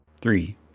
Three